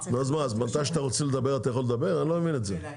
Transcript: רציתי להעיר משהו.